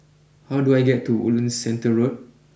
how do I get to Woodlands Centre Road